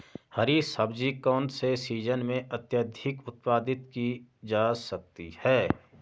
हरी सब्जी कौन से सीजन में अत्यधिक उत्पादित की जा सकती है?